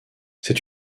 c’est